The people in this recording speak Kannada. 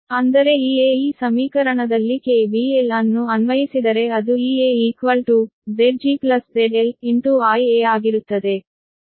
ಅಂದರೆ Ea ಈ ಸಮೀಕರಣದಲ್ಲಿ KVL ಅನ್ನು ಅನ್ವಯಿಸಿದರೆ ಅದು Ea Zg ZL Ia ಆಗಿರುತ್ತದೆ